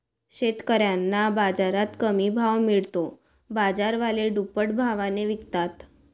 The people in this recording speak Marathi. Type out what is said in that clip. शेतकऱ्यांना बाजारात कमी भाव मिळतो, बाजारवाले दुप्पट भावाने विकतात